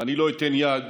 ואני לא אתן יד